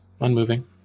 unmoving